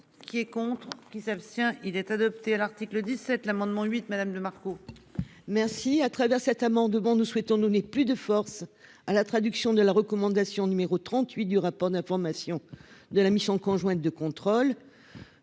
Qui est contre qui s'abstient. Il est adopté à l'article 17 l'amendement huit Madame de Marco. Merci à travers cet amendement, nous souhaitons donner plus de force à la traduction de la recommandation numéro 38 du rapport d'information de la mission conjointe de contrôle.